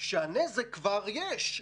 צריך להבין שנזק כבר יש.